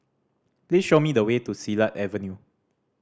please show me the way to Silat Avenue